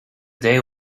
day